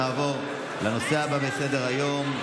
נעבור לנושא הבא בסדר-היום,